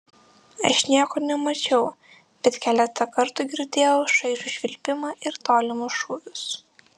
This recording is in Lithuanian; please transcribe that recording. aš nieko nemačiau bet keletą kartų girdėjau šaižų švilpimą ir tolimus šūvius